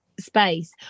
space